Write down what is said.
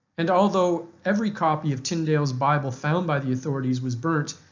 and although every copy of tyndale's bible found by the authorities was burnt,